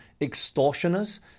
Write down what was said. extortioners